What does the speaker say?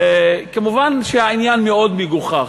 מובן שהעניין מאוד מגוחך,